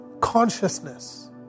consciousness